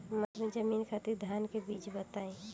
मध्य जमीन खातिर धान के बीज बताई?